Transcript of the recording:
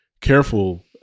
careful